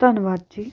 ਧੰਨਵਾਦ ਜੀ